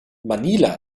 manila